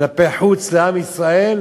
כלפי חוץ לעם ישראל,